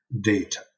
data